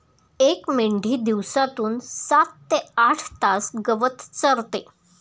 एक मेंढी दिवसातून सात ते आठ तास गवत चरते